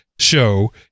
Show